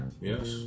yes